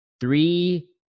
three